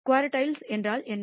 குர்டில் என்றால் என்ன